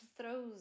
throws